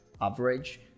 average